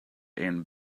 and